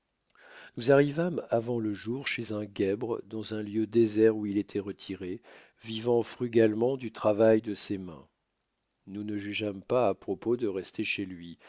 nous arrivâmes avant le jour chez un guèbre dans un lieu désert où il étoit retiré vivant frugalement du travail de ses mains nous ne jugeâmes pas à propos de rester chez lui